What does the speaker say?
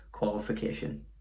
qualification